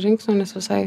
žingsnio nes visai